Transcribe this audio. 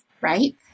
right